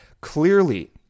Clearly